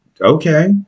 Okay